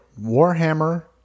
Warhammer